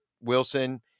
Wilson